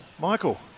Michael